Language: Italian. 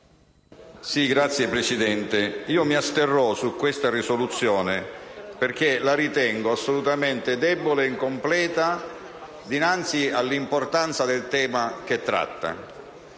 il mio voto di astensione su questa risoluzione perché la ritengo assolutamente debole e incompleta dinanzi all'importanza del tema che tratta.